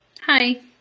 Hi